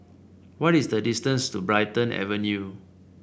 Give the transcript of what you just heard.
what is the distance to Brighton Avenue